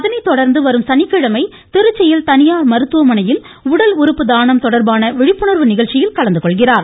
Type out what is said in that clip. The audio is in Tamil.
அதனை தொடர்ந்து வரும் சனிக்கிழமை திருச்சியில் தனியார் மருத்துவமனையில் உடல் உறுப்பு தானம் தொடர்பான விழிப்புணர்வு நிகழ்ச்சியில் கலந்துகொள்கிறார்